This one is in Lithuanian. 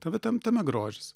tai va tam tame grožis